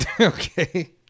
Okay